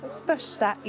största